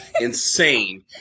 insane